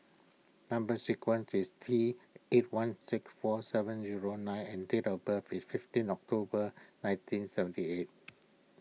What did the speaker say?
Number Sequence is T eight one six four seven zero nine and date of birth is fifteen October nineteen seventy eight